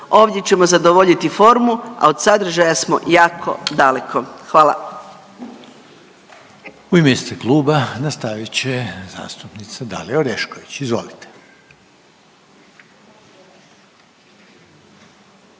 ovdje ćemo zadovoljiti formu, a od sadržaja smo jako daleko. Hvala. **Reiner, Željko (HDZ)** U ime istog kluba nastavit će zastupnica Dalija Orešković. Izvolite.